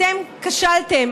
אתם כשלתם.